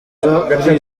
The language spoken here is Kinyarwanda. ari